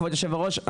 כבוד היושב-ראש,